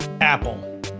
Apple